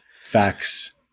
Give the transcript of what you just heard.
facts